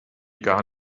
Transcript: gar